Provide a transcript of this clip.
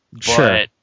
Sure